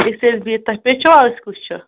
أسۍ ٲسۍ بِہِتھ تۅہہِ کیٛاہ پےَ اَز کُس چھِ